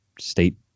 state